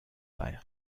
bei